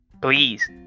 Please